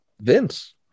Vince